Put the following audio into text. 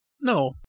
no